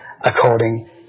according